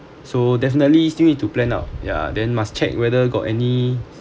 so definitely still need to plan out ya then must check whether got any